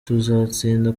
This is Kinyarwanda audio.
tuzatsinda